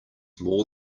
more